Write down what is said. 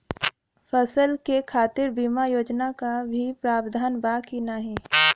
फसल के खातीर बिमा योजना क भी प्रवाधान बा की नाही?